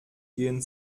gehen